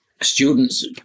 students